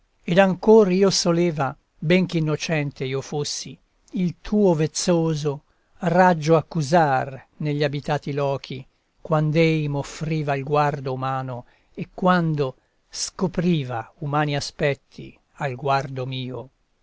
ed ancor io soleva bench'innocente io fossi il tuo vezzoso raggio accusar negli abitati lochi quand'ei m'offriva al guardo umano e quando scopriva umani aspetti al guardo mio